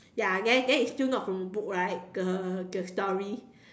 ya then then it's still not from the book right the the story